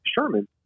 Sherman